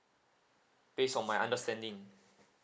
based on my understanding